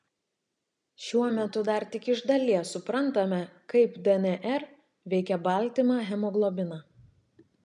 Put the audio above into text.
šiuo metu dar tik iš dalies suprantame kaip dnr veikia baltymą hemoglobiną